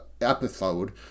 episode